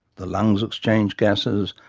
the lungs exchanged gases,